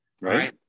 Right